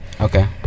Okay